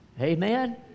amen